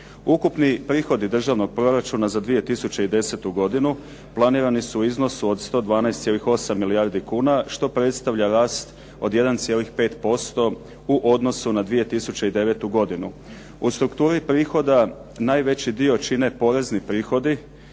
Ukupni prihodi Državnog proračuna za 2010. godinu planirani su u iznosu od 112,8 milijardi kuna što predstavlja rast od 1,5% u odnosu na 2009. godinu. U strukturi prihoda najveći dio čine porezni prihodi